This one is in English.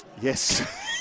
Yes